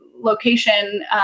location